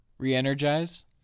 Re-energize